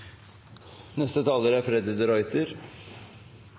Neste taler er